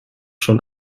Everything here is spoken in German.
schon